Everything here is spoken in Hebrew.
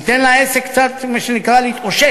ניתן לעסק קצת להתאושש,